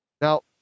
Now